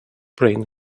brain